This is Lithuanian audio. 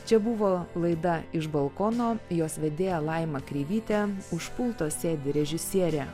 čia buvo laida iš balkono jos vedėja laima kreivytė už pulto sėdi režisierė